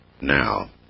now